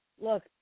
Look